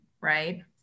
right